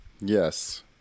Yes